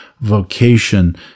vocation